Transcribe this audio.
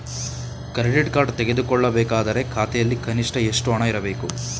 Credit card ತೆಗೆದುಕೊಳ್ಳಬೇಕಾದರೆ ಖಾತೆಯಲ್ಲಿ ಕನಿಷ್ಠ ಎಷ್ಟು ಹಣ ಇರಬೇಕು?